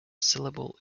syllable